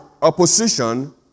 opposition